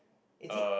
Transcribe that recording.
is it